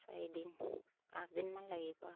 চাৰিদিন পাঁচদিনমান লাগিব আৰু